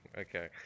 Okay